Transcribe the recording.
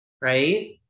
right